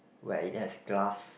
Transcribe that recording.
where it has glass